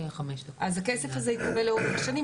אז הכסף הזה התקבל לאורך השנים.